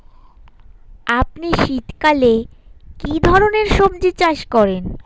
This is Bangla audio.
আপনি শীতকালে কী ধরনের সবজী চাষ করেন?